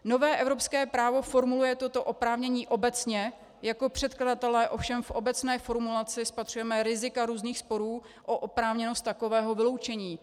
Nové evropské právo formuluje toto oprávnění obecně, jako předkladatelé ovšem v obecné formulaci spatřujeme rizika různých sporů o oprávněnost takového vyloučení.